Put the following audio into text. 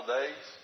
days